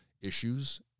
issues